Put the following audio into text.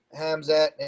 Hamzat